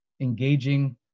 engaging